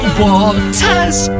waters